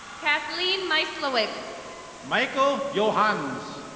kathleen misleowisk. michael yohans.